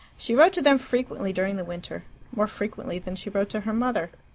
she wrote to them frequently during the winter more frequently than she wrote to her mother.